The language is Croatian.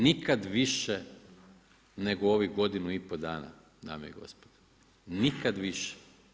Nikad više nego u ovih godinu i pol dana dame i gospodo, nikad više.